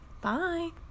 Bye